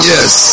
Yes